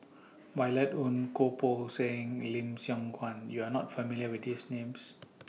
Violet Oon Goh Poh Seng and Lim Siong Guan YOU Are not familiar with These Names